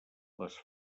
les